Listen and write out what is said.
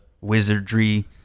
wizardry